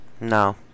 No